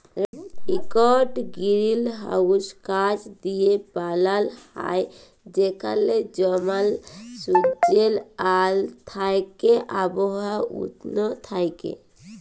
ইকট গিরিলহাউস কাঁচ দিঁয়ে বালাল হ্যয় যেখালে জমাল সুজ্জের আল থ্যাইকে আবহাওয়া উস্ল থ্যাইকে